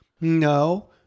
No